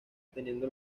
teniendo